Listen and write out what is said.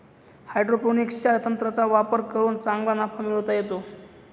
हायड्रोपोनिक्सच्या तंत्राचा वापर करून चांगला नफा मिळवता येतो